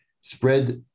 spread